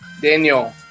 Daniel